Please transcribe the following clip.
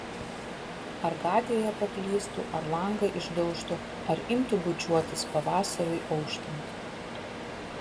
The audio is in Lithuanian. ar gatvėje paklystų ar langą išdaužtų ar imtų bučiuotis pavasariui auštant